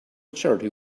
charity